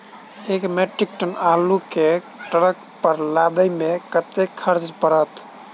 एक metric ton आलु केँ ट्रक पर लदाबै मे कतेक खर्च पड़त?